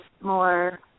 more